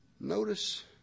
Notice